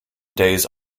days